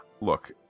look